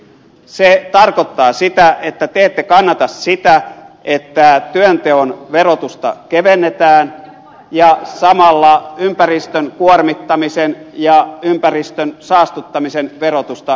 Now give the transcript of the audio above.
se tarkoittaa sitä että te ette kannata sitä että työnteon verotusta kevennetään ja samalla ympäristön kuormittamisen ja ympäristön saastuttamisen verotusta kiristetään